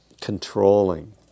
controlling